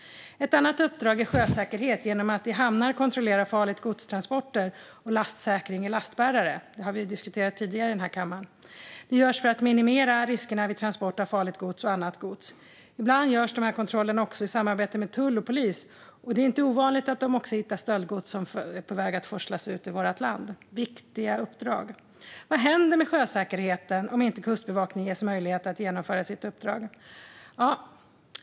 Ett annat uppdrag är sjösäkerhet. I hamnar kontrollerar man transporter av farligt gods och lastsäkring i lastbärare. Det har vi diskuterat tidigare i den här kammaren. Det görs för att minimera riskerna vid transport av farligt gods och annat gods. Ibland görs dessa kontroller i samarbete med tull och polis. Det är inte ovanligt att man hittar stöldgods som är på väg att forslas ut ur vårt land. Det är viktiga uppdrag. Vad händer med sjösäkerheten om inte Kustbevakningen ges möjlighet att genomföra sitt uppdrag?